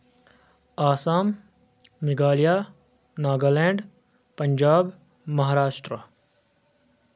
Assam Meghalaya Nagaland Punjab Maharashtra